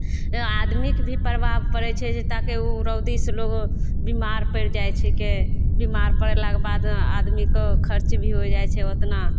आदमीके भी प्रभाव पड़ै छै जे ताकि ओ रौदी से लोग बीमार पड़ि जाइ छिकै बीमार पड़लाक बाद आदमीके खर्च भी हो जाइ छै ओतना